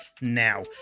now